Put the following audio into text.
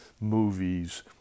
movie's